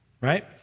right